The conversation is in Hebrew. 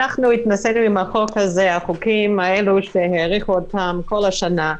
התנסינו עם החוקים האלה שהאריכו אותם בכל השנה,